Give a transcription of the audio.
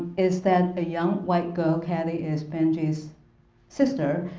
is that a young white girl caddy is benjy's sister.